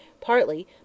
partly